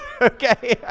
Okay